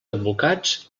advocats